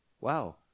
Wow